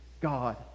God